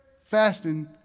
fasting